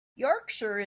yorkshire